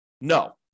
No